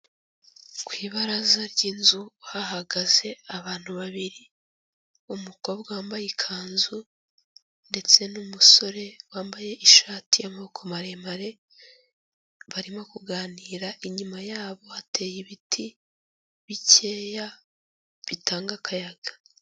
Ku ibaraza ry'inzu hahagaze abantu babiri umukobwa wambaye ikanzu ndetse n'umusore wambaye ishati y'amaboko maremare barimo kuganira inyuma yabo hateye ibiti bikeya bitanga akayaga.